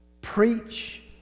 preach